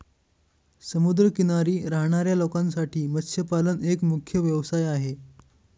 समुद्र किनारी राहणाऱ्या लोकांसाठी मत्स्यपालन एक मुख्य व्यवसाय आहे